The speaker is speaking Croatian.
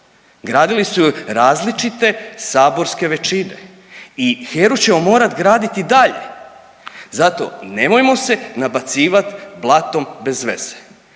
Gradili su ju različite saborske većine i HERA-u ćemo morati graditi i dalje. Zato nemojmo se nabacivati blatom bez veze.